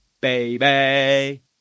Baby